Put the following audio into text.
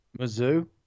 Mizzou